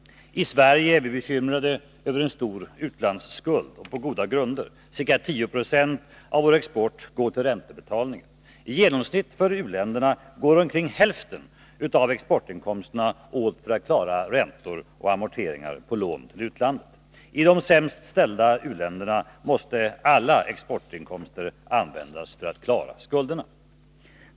I Sverige är vi, på goda grunder, bekymrade över en stor utlandsskuld. Ungefär 10 96 av vår export går till räntebetalningar. I genomsnitt för u-länderna går omkring hälften av exportinkomsterna åt för att klara räntor och amorteringar på lån från utlandet. I de sämst ställda u-länderna måste alla exportinkomster användas för att klara skulderna.